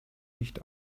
nicht